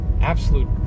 absolute